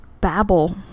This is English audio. babble